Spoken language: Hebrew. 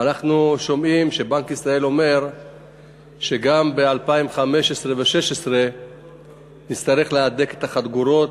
ואנחנו שומעים שבנק ישראל אומר שגם ב-2015 ו-2016 נצטרך להדק את החגורה,